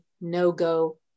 no-go